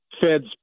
Fed's